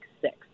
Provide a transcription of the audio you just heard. six